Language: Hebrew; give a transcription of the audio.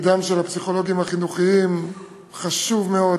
תפקידם של הפסיכולוגים החינוכיים חשוב מאוד,